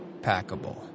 packable